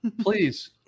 please